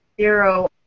zero